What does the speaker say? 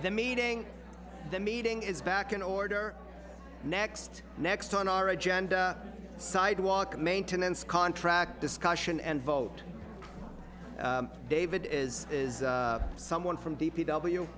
the meeting the meeting is back in order next next on our agenda sidewalk maintenance contract discussion and vote david is is someone from d